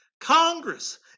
Congress